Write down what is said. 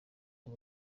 n’u